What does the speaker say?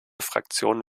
fraktion